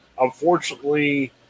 Unfortunately